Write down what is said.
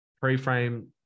Pre-frame